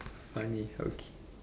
funny okay